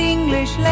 English